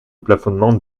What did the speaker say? plafonnement